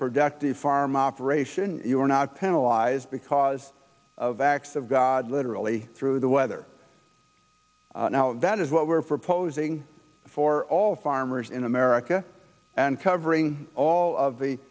productive farm operation you are not penalize because of acts of god literally through the weather now that is what we are proposing for all farmers in america and covering all of the